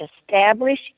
establish